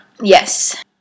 Yes